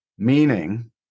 Meaning